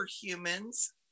humans